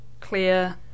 clear